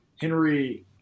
Henry